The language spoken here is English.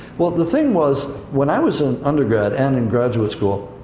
well, the thing was, when i was in undergrad, and in graduate school,